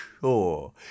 sure